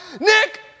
Nick